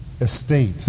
estate